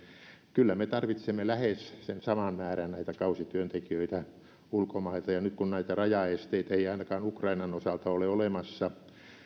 kyllä me tarvitsemme lähes sen saman määrän näitä kausityöntekijöitä ulkomailta ja nyt kun näitä rajaesteitä ei ei ainakaan ukrainan osalta ole olemassa